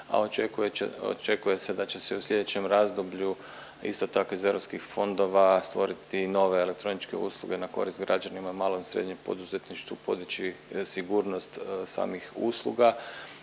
a očekuje se da će se u slijedećem razdoblju isto tako iz europskih fondova stvoriti nove elektroničke usluge na korist građanima, malom i srednjem poduzetništvu, podići sigurnost samih usluga